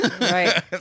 Right